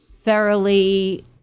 thoroughly